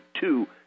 two